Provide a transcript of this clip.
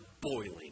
boiling